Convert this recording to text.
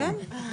נכון.